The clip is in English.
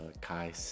Kai